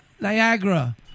Niagara